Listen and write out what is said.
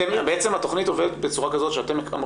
בעצם התכנית הזאת עובדת בצורה כזו שאתם אמורים